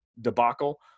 debacle